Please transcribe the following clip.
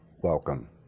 welcome